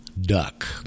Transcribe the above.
duck